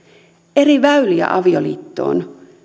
eri väyliä avioliittoon